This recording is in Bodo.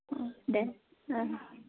देह